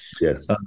Yes